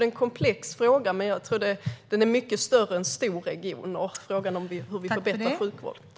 Frågan om hur vi får bättre sjukvård är en komplex fråga som är mycket större än frågan om storregioner.